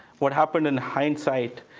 what happened in hindsight,